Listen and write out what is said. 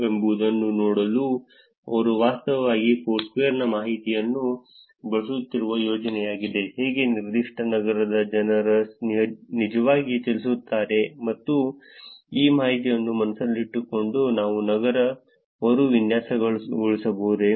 ಎಂಬುದನ್ನು ನೋಡಲು ಅವರು ವಾಸ್ತವವಾಗಿ ಫೋರ್ಸ್ಕ್ವೇರ್ ಮಾಹಿತಿಯನ್ನು ಬಳಸುತ್ತಿರುವ ಯೋಜನೆಯಾಗಿದೆ ಹೇಗೆ ನಿರ್ದಿಷ್ಟ ನಗರದಲ್ಲಿ ಜನರು ನಿಜವಾಗಿ ಚಲಿಸುತ್ತಾರೆ ಮತ್ತು ಈ ಮಾಹಿತಿಯನ್ನು ಮನಸ್ಸಿನಲ್ಲಿಟ್ಟುಕೊಂಡು ನಾವು ನಗರವನ್ನು ಮರು ವಿನ್ಯಾಸಗೊಳಿಸಬಹುದೇ